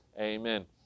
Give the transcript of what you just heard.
Amen